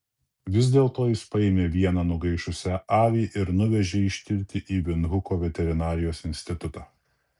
vis dėlto jis paėmė vieną nugaišusią avį ir nuvežė ištirti į vindhuko veterinarijos institutą